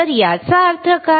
तर याचा अर्थ काय